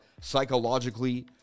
psychologically